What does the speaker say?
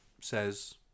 Says